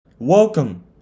Welcome